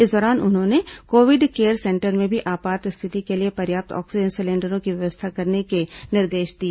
इस दौरान उन्होंने कोविड केयर सेंटर्स में भी आपात स्थिति के लिए पर्याप्त ऑक्सीजन सिलेंडरों की व्यवस्था करने के निर्देश दिए